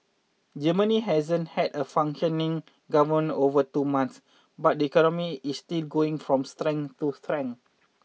Germany hasn't had a functioning government over two months but the economy is still going from strength to strength